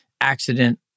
accident